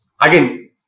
again